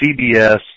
CBS